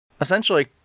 essentially